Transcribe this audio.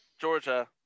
Georgia